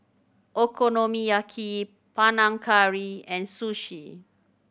Okonomiyaki Panang Curry and Sushi